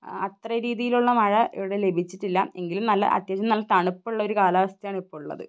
അത്ര രീതിയിലുള്ള മഴ ഇവിടെ ലഭിച്ചിട്ടില്ല എങ്കിലും നല്ല അത്യാവശ്യം നല്ല തണുപ്പുള്ള കാലാവസ്ഥ ആണ് ഇപ്പോൾ ഉള്ളത്